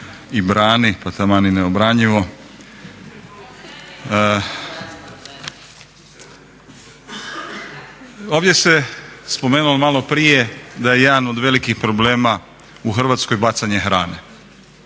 i brani pa taman i neobranjivo. Ovdje se spomenulo maloprije da je jedan od velikih problema u Hrvatskoj bacanje hrane.